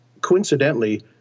coincidentally